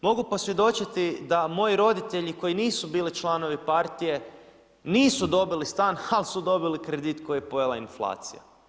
Mogu posvjedočiti da moji roditelji koji nisu bili članovi partije nisu dobili stan ali su dobili kredit koji je pojela inflacija.